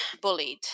bullied